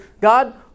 God